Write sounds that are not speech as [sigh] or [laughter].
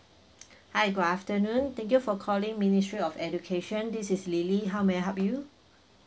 [breath] hi good afternoon thank you for calling ministry of education this is lily how may I help you